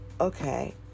okay